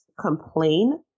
complain